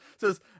says